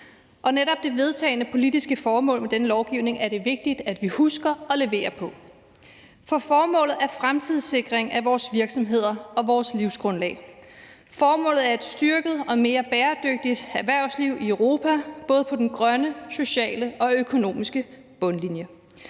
Netop det vedtagne politiske formål med denne lovgivning er det vigtigt at vi husker at levere på. For formålet er fremtidssikring af vores virksomheder og vores livsgrundlag. Formålet er et styrket og mere bæredygtigt erhvervsliv i Europa, både på den grønne, den sociale og den økonomiske bundlinje,